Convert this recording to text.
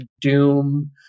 doom